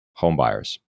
homebuyers